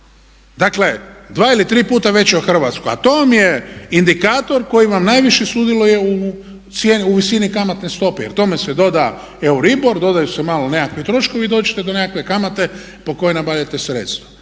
Dakle, 2 ili 3 puta veće od Hrvatske. A to vam je indikator koji vam najviše sudjeluje u visini kamatne stope. Jer tome se doda euribor, dodaju se malo nekakvi troškovi i dođete do nekakve kamate po kojoj nabavljate sredstva.